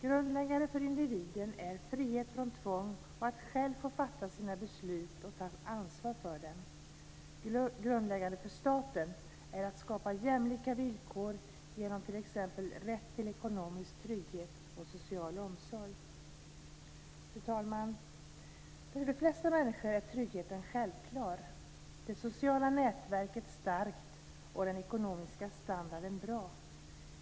Grundläggande för individen är frihet från tvång och att själv få fatta sina beslut och ta ansvar för dem. Grundläggande för staten är att skapa jämlika villkor genom t.ex. rätt till ekonomisk trygghet och social omsorg. Fru talman! För de flesta människor är tryggheten självklar, det sociala nätverket starkt och den ekonomiska standarden bra.